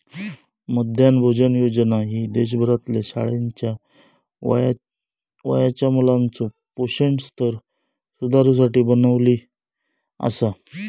मध्यान्ह भोजन योजना ही देशभरातल्या शाळेच्या वयाच्या मुलाचो पोषण स्तर सुधारुसाठी बनवली आसा